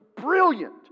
brilliant